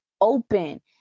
open